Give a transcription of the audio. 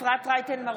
אפרת רייטן מרום,